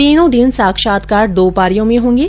तीनों दिन साक्षात्कार दो पारियों में होंगे